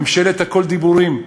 ממשלת הכול דיבורים,